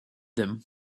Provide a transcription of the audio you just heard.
them